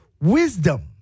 wisdom